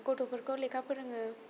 गथ'फोरखौ लेखा फोरोङो